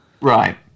Right